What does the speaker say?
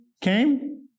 came